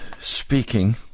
speaking